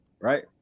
right